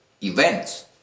events